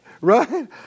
right